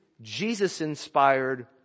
Jesus-inspired